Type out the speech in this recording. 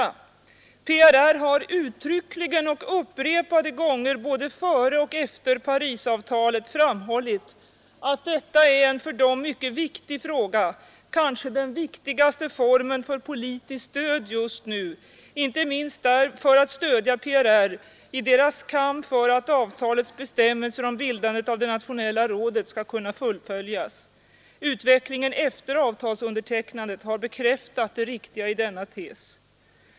PRR har uttryckligen och upprepade gånger både före och efter Parisavtalet framhållit att detta är en för PRR mycket viktig fråga, kanske den viktigaste formen för politiskt stöd just nu, inte minst för att stödja PRR i dess kamp för att avtalets bestämmelser om bildandet av det nationella rådet skall kunna fullföljas. Utvecklingen efter avtalsundertecknandet har bekräftat det riktiga i denna tes.